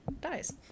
dies